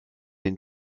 den